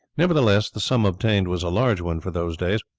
nevertheless the sum obtained was a large one for those days,